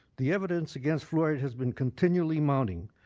the evidence against fluoride has been continually mounting.